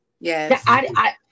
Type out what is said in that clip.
Yes